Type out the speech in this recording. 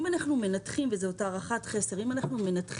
אם אנחנו מנתחים וזו הערכת חסר כמה